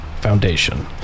Foundation